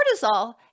cortisol